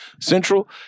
Central